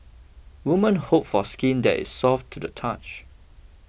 women hope for skin that is soft to the touch